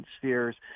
spheres